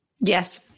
Yes